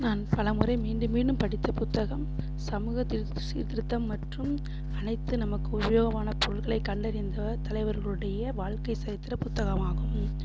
நான் பலமுறை மீண்டும் மீண்டும் படித்த புத்தகம் சமூக சீர்திருத்தம் மற்றும் அனைத்து நமக்கு உபயோகமான பொருட்களை கண்டறிந்த தலைவர்களுடைய வாழ்க்கை சரித்திர புத்தகமாகும்